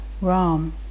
Ram